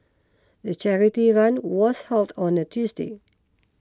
the charity run was held on a Tuesday